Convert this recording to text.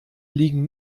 liegen